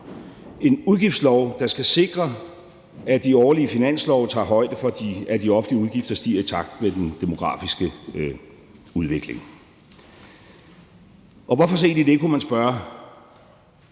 en udgiftslov, der skal sikre, at de årlige finanslove tager højde for, at de offentlige udgifter stiger i takt med den demografiske udvikling. Og hvorfor så egentlig det? kunne man spørge.